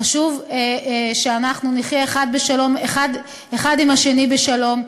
חשוב שאנחנו נחיה אחד עם השני בשלום,